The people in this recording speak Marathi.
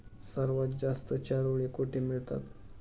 सर्वात जास्त चारोळी कुठे मिळतात?